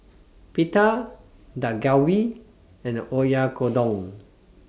Pita Dak Galbi and Oyakodon